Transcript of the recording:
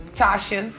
tasha